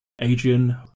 Adrian